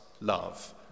love